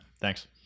Thanks